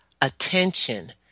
attention